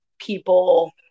people